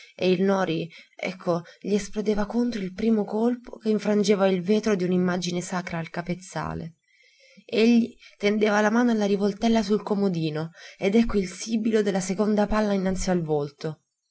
e il noti ecco gli esplodeva contro il primo colpo che infrangeva il vetro di un'immagine sacra al capezzale egli tendeva la mano alla rivoltella sul comodino ed ecco il sibilo della seconda palla innanzi al volto